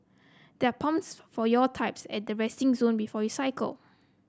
there are pumps for your types at the resting zone before you cycle